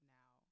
now